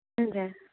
हजुर